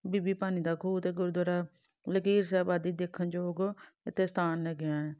ਬੀਬੀ ਭਾਨੀ ਦਾ ਖੂਹ ਅਤੇ ਗੁਰਦੁਆਰਾ ਲਕੀਰ ਸਾਹਿਬ ਆਦਿ ਦੇਖਣ ਯੋਗ ਇੱਥੇ ਸਥਾਨ ਹੈਗੇ ਆ